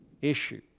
issue